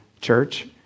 church